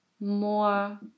more